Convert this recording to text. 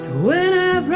when i